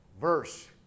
verse